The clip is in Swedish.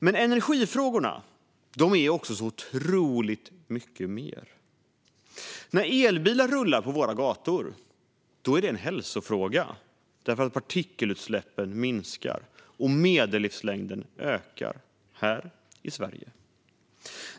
Men energifrågorna är otroligt mycket mer. När elbilar rullar på våra gator är det en hälsofråga, eftersom partikelutsläppen minskar och medellivslängden ökar här i Sverige.